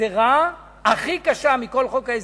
הגזירה הכי קשה בכל חוק ההסדרים,